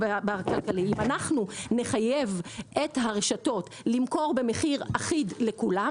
אם אנחנו נחייב את הרשתות למכור במחיר אחיד לכולם